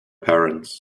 parents